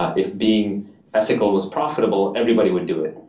ah if being ethical was profitable, everybody would do it.